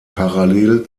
parallel